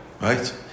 right